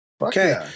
Okay